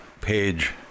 page